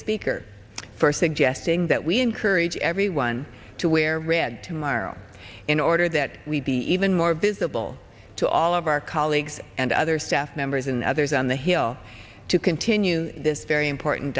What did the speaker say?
speaker for suggesting that we encourage everyone to wear red tomorrow in order that we be even more visible to all of our colleagues and other staff members and others on the hill to continue this very important